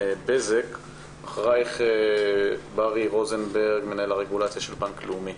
בארי רוזנברג, מנהל רגולציה, בנק לאומי.